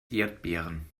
erdbeeren